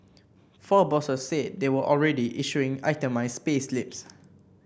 four bosses said they were already issuing itemised payslips